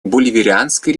боливарианской